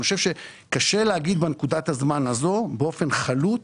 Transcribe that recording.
אני חושב שקשה להגיד בנקודת הזמן הזו באופן חלוט